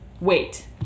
wait